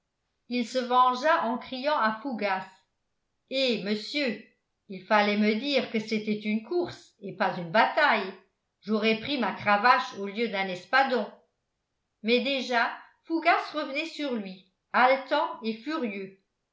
il se vengea en criant à fougas eh monsieur il fallait me dire que c'était une course et pas une bataille j'aurais pris ma cravache au lieu d'un espadon mais déjà fougas revenait sur lui haletant et furieux